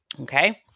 Okay